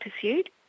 pursued